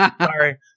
Sorry